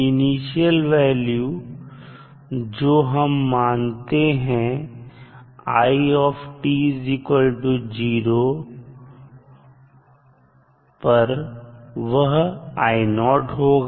initial value जो हम मानते हैं i0 पर वह होगा